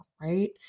Right